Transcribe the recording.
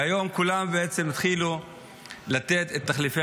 והיום כולם בעצם התחילו לתת את תחליפי